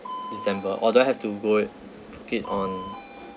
december or do I have to go and book it on